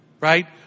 Right